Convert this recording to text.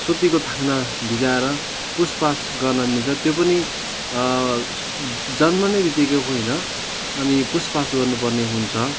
सुतीको थाङ्ना भिजाएर पुछपाछ गर्न मिल्छ त्यो पनि जन्मने बितिक्कै होइन अनि पुछपाछ गर्नुपर्ने हुन्छ